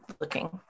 looking